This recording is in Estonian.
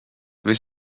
või